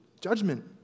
judgment